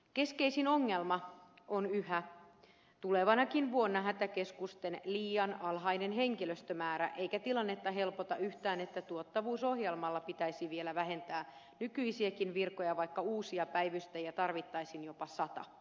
keskeisin ongelma on yhä tulevanakin vuonna hätäkeskusten liian alhainen henkilöstömäärä eikä tilannetta helpota yhtään että tuottavuusohjelmalla pitäisi vielä vähentää nykyisiäkin virkoja vaikka uusia päivystäjiä tarvittaisiin jopa sata